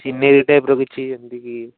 scenery ଟାଇପ୍ର କିଛି ଏମିତିକି